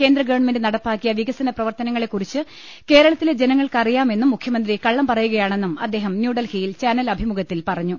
കേന്ദ്രഗവൺമെന്റ് നടപ്പാ ക്കിയ വികസനപ്രവർത്തനങ്ങളെക്കുറിച്ച് കേരളത്തിലെ ജന ങ്ങൾക്കറിയാമെന്നും മുഖ്യമന്ത്രി കള്ളം പറയുകയാണെന്നും അദ്ദേഹം ന്യൂഡൽഹിയിൽ ചാനൽ അഭിമുഖത്തിൽ പറഞ്ഞു